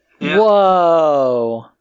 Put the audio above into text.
Whoa